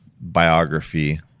biography